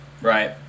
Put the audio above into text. right